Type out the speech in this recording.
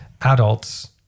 adults